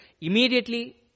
immediately